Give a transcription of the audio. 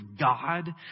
God